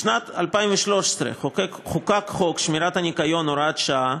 בשנת 2013 נחקק חוק שמירת הניקיון (הוראת שעה),